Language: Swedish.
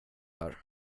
här